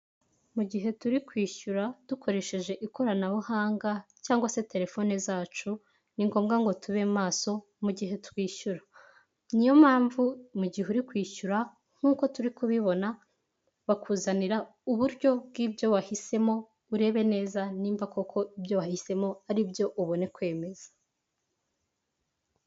Mu gihe turi kwishyura dukoresheje ikoranabuhanga cyangwa se telefone zacu, ni ngombwa ngo tube maso mu gihe twishyura, niyo mpamvu igihe uri kwishyura nkuko turi kubibona, bakuzanira uburyo bw'ibyo wahisemo, urebe neza nimba koko ibyo wahisemo aribyo ubone kwemeza.